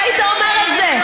אתה היית אומר את זה.